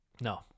no